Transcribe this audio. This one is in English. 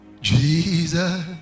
Jesus